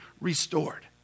restored